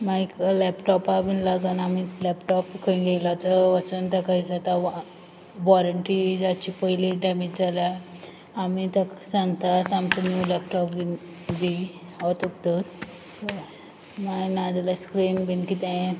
मागीर लॅपटॉपा बीन लागून आमी लॅपटॉप खंय घेयला थंय वचून तेका विचारताय वॉरंटी जावचे पयली डेमेज जाल्या आनी ताक सांगता सांगता न्यू लॅपटॉप दी हो तुक दोर अशें मागीर ना जाल्यार स्क्रीन बीन कितें